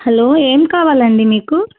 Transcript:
hello ఏమి కావాలండి మీకు